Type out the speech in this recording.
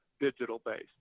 digital-based